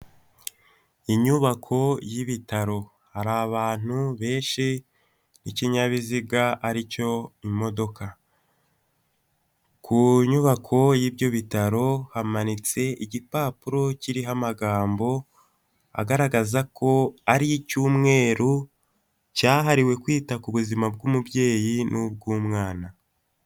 Inyubako y'ibitaro hari abantu benshi n'ikinyabiziga aricyo imodoka ku nyubako y'ibyo bitaro, hamanitse igipapuro kiriho amagambo agaragaza ko ari icy'umweru cyahariwe kwita ku buzima bw'umubyeyi n'ubw'umwana.